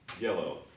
yellow